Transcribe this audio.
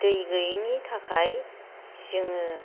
दै गैयिनि थाखाय जोङो